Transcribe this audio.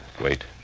Wait